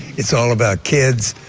it's all about kids.